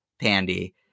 Pandy